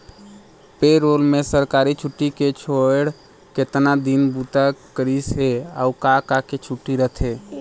पे role में सरकारी छुट्टी के छोएड़ केतना दिन बूता करिस हे, अउ का का के छुट्टी रथे